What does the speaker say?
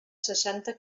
seixanta